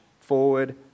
forward